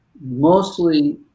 mostly